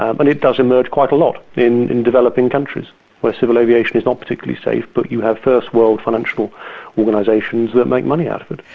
um and it does emerge quite a lot in developing countries where civil aviation is not particularly safe but you have first world financial organisations that make money out of it.